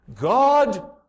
God